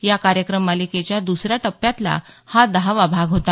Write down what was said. या कार्यक्रम मालिकेच्या दुसऱ्या टप्प्यातला हा दहावा भाग होता